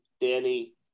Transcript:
Danny